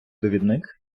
довідник